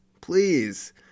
please